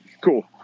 Cool